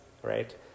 right